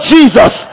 Jesus